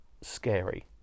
scary